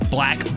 Black